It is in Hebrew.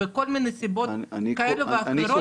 מכל מיני סיבות כאלה ואחרות.